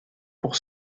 pour